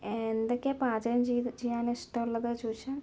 എന്തൊക്കെ പാചകം ചെയ്ത് ചെയ്യാൻ ഇഷ്ടമുള്ളത് ചോദിച്ചാൽ